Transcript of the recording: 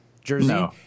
jersey